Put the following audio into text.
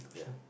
yeah